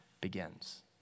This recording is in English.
begins